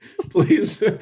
Please